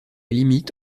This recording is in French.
limite